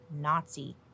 Nazi